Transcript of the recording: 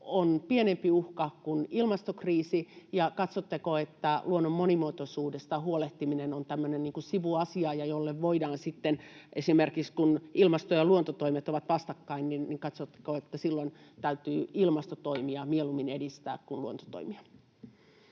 on pienempi uhka kuin ilmastokriisi, ja katsotteko, että luonnon monimuotoisuudesta huolehtiminen on tämmöinen sivuasia? Ja esimerkiksi sitten kun ilmasto- ja luontotoimet ovat vastakkain, niin katsotteko, että silloin täytyy mieluummin edistää ilmastotoimia